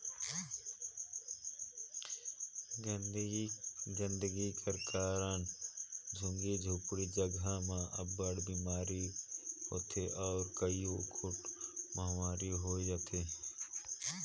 गंदगी कर कारन झुग्गी झोपड़ी जगहा में अब्बड़ बिमारी होथे अउ कइयो गोट महमारी होए जाथे